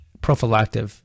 prophylactic